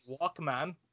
Walkman